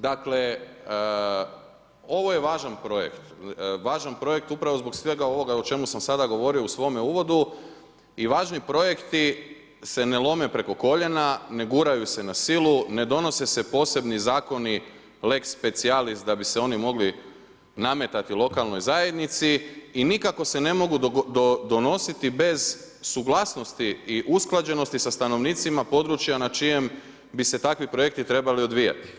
Dakle, ovo je važan projekt upravo zbog svega ovoga o čemu sam sada govorio u svome uvodu i važni projekti se ne lome preko koljena, ne guraju se na silu, ne donose se posebni zakoni lex speciallis da bi se oni mogli nametati lokalnoj zajednici i nikako se ne mogu donositi bez suglasnosti i usklađenosti sa stanovnicima područja na čijem bi se takvi projekti trebali odvijati.